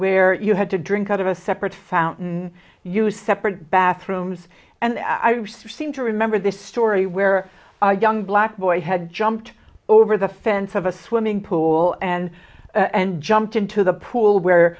where you had to drink out of a separate fountain use separate bathrooms and i were seem to remember this story where our young black boy had jumped over the fence of a swimming pool and and jumped into the pool where